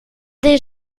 des